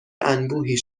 انبوهی